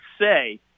say